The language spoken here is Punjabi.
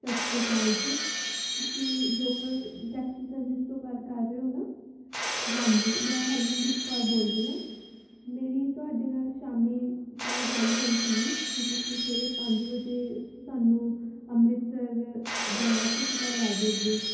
ਸਤਿ ਸ਼੍ਰੀ ਅਕਾਲ ਜੀ ਤੁਸੀਂ ਲੋਕਲ ਟੈਕਸੀ ਸਰਵਿਸ ਤੋਂ ਗੱਲ ਕਰ ਰਹੇ ਹੋ ਨਾ ਹਾਂਜੀ ਮੈਂ ਹਰਮਨਦੀਪ ਕੌਰ ਬੋਲ ਰਹੀ ਹਾਂ ਮੇਰੀ ਤੁਹਾਡੇ ਨਾਲ ਸ਼ਾਮੀ ਕੱਲ੍ਹ ਗੱਲ ਹੋਈ ਸੀਗੀ ਵੀ ਤੁਸੀਂ ਸਵੇਰੇ ਪੰਜ ਵਜੇ ਸਾਨੂੰ ਅੰਮ੍ਰਿਤਸਰ ਜਾਣਾ ਸੀ ਲੈ ਜਾਉਂਗੇ